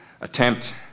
attempt